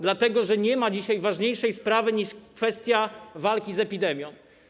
dlatego że nie ma dzisiaj ważniejszej sprawy niż kwestia walki z epidemią.